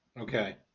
Okay